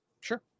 Sure